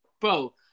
Bro